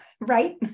Right